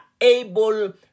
able